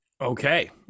Okay